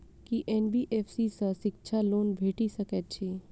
की NBFC सँ शिक्षा loan भेटि सकैत अछि?